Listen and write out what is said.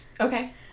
Okay